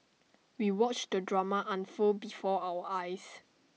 we watched the drama unfold before our eyes